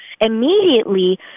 immediately